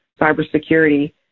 cybersecurity